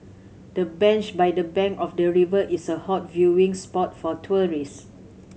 the bench by the bank of the river is a hot viewing spot for tourist